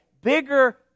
bigger